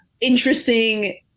interesting